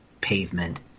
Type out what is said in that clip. pavement